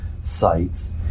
sites